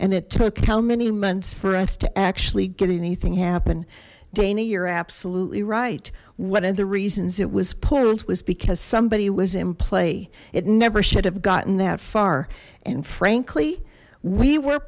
and it took how many months for us to actually get anything happen dana you're absolutely right one of the reasons it was pulled was because somebody was in play it never should have gotten that far and frankly we were